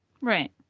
Right